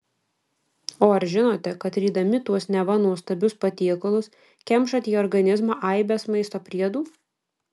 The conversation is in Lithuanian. o ar žinote kad rydami tuos neva nuostabius patiekalus kemšate į organizmą aibes maisto priedų